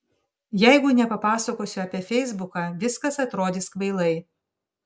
jeigu nepapasakosiu apie feisbuką viskas atrodys kvailai